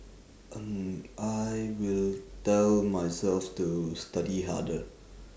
um I will tell myself to study harder